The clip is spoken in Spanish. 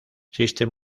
existen